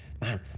man